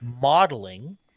modeling